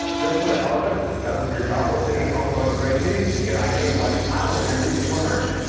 just for the hell of it. because if you're jobless sitting at home going crazy, and you get ideas like i want to interview seymour hirsch.